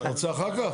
רוצה אחר כך?